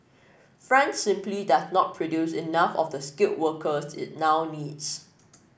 France simply does not produce enough of the skilled workers it now needs